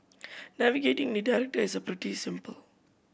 navigating the is pretty simple